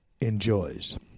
enjoys